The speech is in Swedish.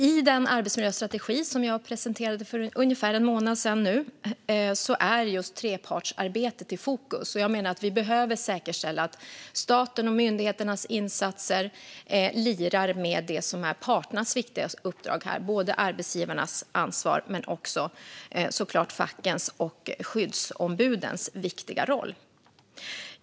I den arbetsmiljöstrategi som jag presenterade för ungefär en månad sedan står just trepartsarbetet i fokus. Vi behöver säkerställa att statens och myndigheternas insatser lirar med det som är parternas viktigaste uppdrag här, både arbetsgivarnas ansvar och fackens och skyddsombudens viktiga roll.